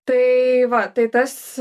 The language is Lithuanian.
tai va tai tas